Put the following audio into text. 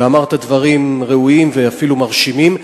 ואמרת דברים ראויים ואפילו מרשימים.